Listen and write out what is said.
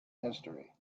history